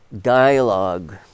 dialogue